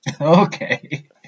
Okay